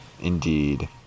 Indeed